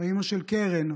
אימא של קרן,